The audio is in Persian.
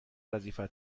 وظیفه